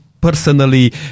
personally